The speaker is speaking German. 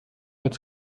als